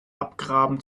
abgraben